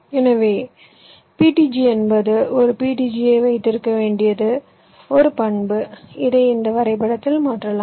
எனவே PTG என்பது ஒரு PTG ஐ வைத்திருக்க வேண்டிய ஒரு பன்பு இதை இந்த வரைபடத்தில் மாற்றலாம்